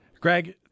Greg